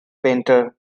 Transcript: painter